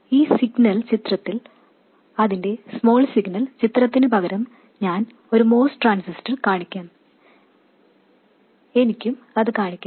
ഈ സിഗ്നൽ ചിത്രത്തിൽ അതിന്റെ സ്മോൾ സിഗ്നൽ ചിത്രത്തിനുപകരം ഞാൻ ഒരു MOS ട്രാൻസിസ്റ്റർ കാണിക്കാം എനിക്കും അത് കാണിക്കാം